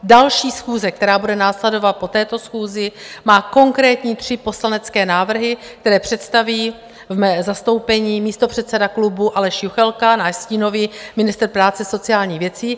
Další schůze, která bude následovat po této schůzi, má konkrétní tři poslanecké návrhy, které představí v mém zastoupení místopředseda klubu Aleš Juchelka, náš stínový ministr práce a sociálních věcí.